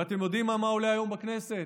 ואתם יודעים מה עולה היום בכנסת?